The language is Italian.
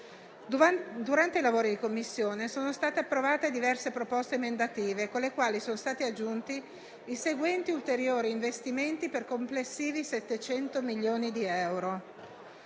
Durante i lavori di Commissione sono state approvate diverse proposte emendative, con le quali sono stati aggiunti i seguenti ulteriori investimenti per complessivi 700 milioni di euro: